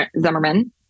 Zimmerman